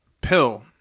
Pill